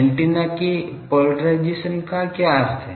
antenna के polarization का क्या अर्थ है